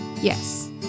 Yes